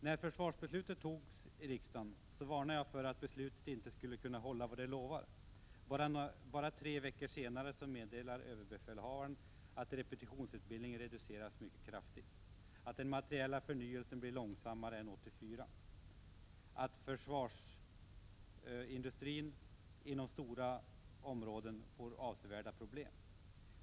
När försvarsbeslutet togs i riksdagen varnade jag för att det inte skulle kunna hålla vad det lovade. Bara tre veckor senare meddelade överbefälhavaren att repetitionsutbildningarna reducerats mycket kraftigt, att den materiella förnyelsen skulle bli långsammare än 1984 och att försvarsindustrin inom stora områden kommer att få avsevärda problem.